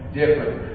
different